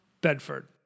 Bedford